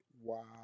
Wow